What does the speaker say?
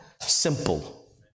Simple